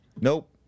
Nope